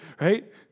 right